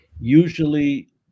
Usually